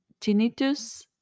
tinnitus